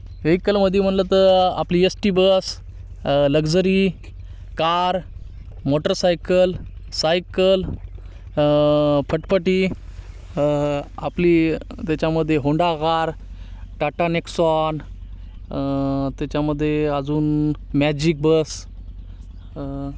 वेहिकलमध्ये म्हटलं तर आपली S T bus luxury car motorcycle cycle फटपटी आपली त्याच्यामध्ये होंडा कार टाटा नेक्सॉन त्याच्यामध्ये अजून मॅजिक बस